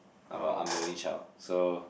I am I am the only child so